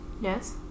Yes